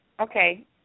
okay